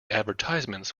advertisements